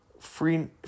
free